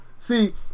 See